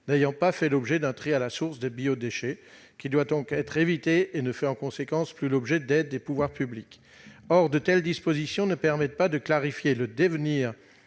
n'ayant pas fait l'objet d'un tri à la source des biodéchets, lequel doit donc être évité et ne fait, en conséquence, plus l'objet d'aides des pouvoirs publics. Or de telles dispositions ne permettent pas de clarifier le devenir